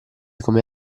come